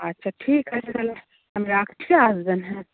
আচ্ছা ঠিক আছে তাহলে আমি রাখছি আসবেন হ্যাঁ